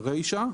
ברישה,